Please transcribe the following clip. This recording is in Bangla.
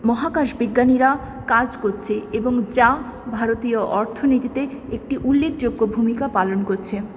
মহাকাশ বিজ্ঞানীরা কাজ করছে এবং যা ভারতীয় অর্থনীতিতে একটি উল্লেখযোগ্য ভূমিকা পালন করছে